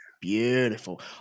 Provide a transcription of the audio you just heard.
beautiful